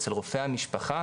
אצל רופא המשפחה,